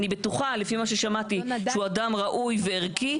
אני בטוחה, לפי מה ששמעתי, שהוא אדם ראוי וערכי.